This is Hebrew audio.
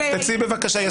מי